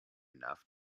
enough